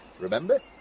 Remember